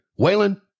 Waylon